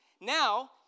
Now